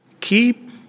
Keep